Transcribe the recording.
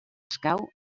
escau